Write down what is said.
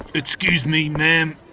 excuse me, ma'am.